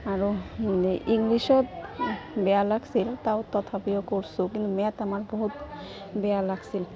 আৰু এই ইংলিছত বেয়া লাগছিল তাও তথাপিও কৰছোঁ কিন্তু মেথ আমাৰ বহুত বেয়া লাগছিল